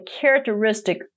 characteristic